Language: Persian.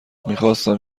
میخواستم